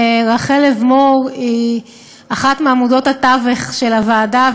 רחל לבמור היא אחד מעמודי התווך של הוועדה,